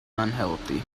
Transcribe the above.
unhealthy